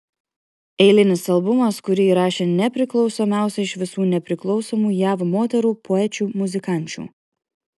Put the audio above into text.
eilinis albumas kurį įrašė nepriklausomiausia iš visų nepriklausomų jav moterų poečių muzikančių